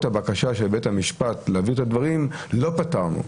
הבקשה של בית המשפט להבהיר את הדברים לא פתרנו.